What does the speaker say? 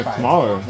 smaller